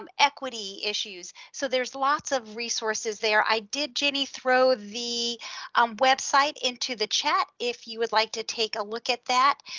um equity issues. so there's lots of resources there. i did, jenny, throw the um website into the chat if you would like to take a look at that,